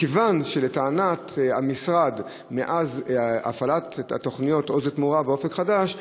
מכיוון שלטענת המשרד מאז הפעלת התוכניות "עוז לתמורה" ו"אופק חדש"